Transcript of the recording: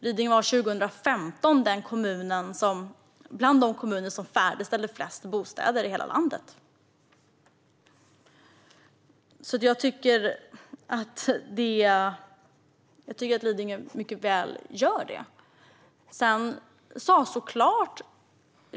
Lidingö var 2015 bland de kommuner som färdigställde flest bostäder i hela landet. Jag tycker alltså att Lidingö mycket väl tar sitt ansvar.